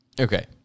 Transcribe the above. Okay